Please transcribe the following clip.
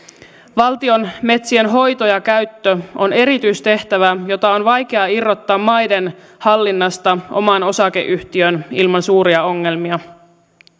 valtion metsien hoito ja käyttö on erityistehtävä jota on vaikea irrottaa maiden hallinnasta omaan osakeyhtiöön ilman suuria ongelmia